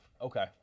Okay